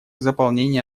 заполнения